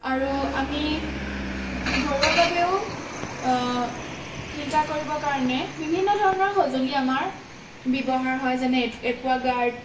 আৰু আমি ঘৰুৱাভাৱেও ফিল্টাৰ কৰিবৰ কাৰণে বিভিন্ন ধৰণৰ সঁজুলি আমাৰ ব্যৱহাৰ হয় যেনে একুৱাগাৰ্ড